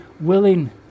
willing